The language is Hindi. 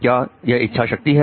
क्या यह इच्छा शक्ति है